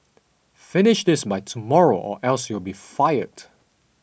finish this by tomorrow or else you'll be fired